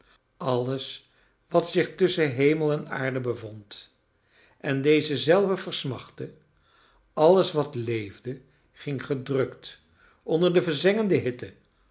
alles wat zich tusschen hemel en aarde bevond en deze zelve versmachtte alles wat leefde ging gedrukt onder de verzengende hitte